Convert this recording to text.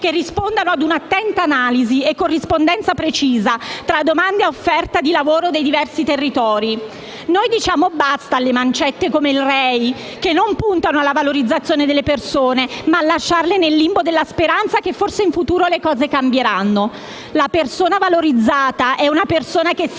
che rispondano a un'attenta analisi e corrispondenza precisa tra domanda e offerta di lavoro dei diversi territori. Noi diciamo «basta» alle mancette come il REI, che puntano non alla valorizzazione delle persone, ma a lasciarle nel limbo della speranza che forse in futuro le cose cambieranno. La persona valorizzata è una persona che si